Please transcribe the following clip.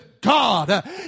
God